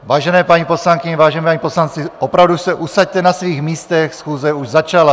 Vážené paní poslankyně, vážení páni poslanci, opravdu se usaďte na svých místech, schůze už začala.